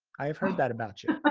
i have heard that about you.